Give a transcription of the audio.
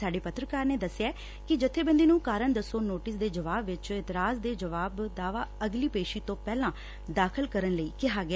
ਸਾਡੇ ਪੱਤਰਕਾਰ ਨੇ ਦਸਿਆ ਕਿ ਜੱਬੇਬੰਦੀ ਨੂੰ ਕਾਰਨ ਦੱਸੋਂ ਨੋਟਿਸ ਦੇ ਜੁਆਬ ਵਿਚ ਇਤਰਾਜ ਤੇ ਜੁਆਬ ਦਾਅਵਾ ਅਗਲੀ ਪੇਸ਼ੀ ਤੋਂ ਪਹਿਲਾਂ ਦਾਖਲ ਕਰਨ ਲਈ ਕਿਹਾ ਗਿਆ